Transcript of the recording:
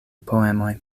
poemoj